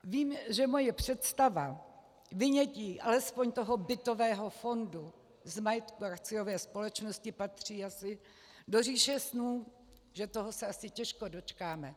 Vím, že moje představa vynětí alespoň toho bytového fondu z majetku akciové společnosti patří asi do říše snů, že toho se asi těžko dočkáme.